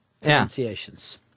pronunciations